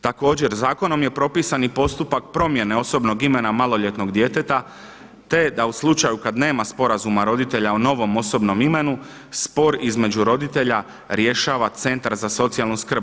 Također zakonom je propisani postupak promjene osobnog imena maloljetnog djeteta, te da u slučaju kad nema sporazuma roditelja o novom osobnom imenu spor između roditelja rješava Centar za socijalnu skrb.